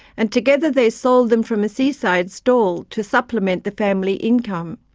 and together they sold them from a sea-side stall to supplement the family income.